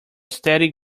steady